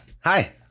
Hi